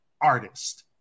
artist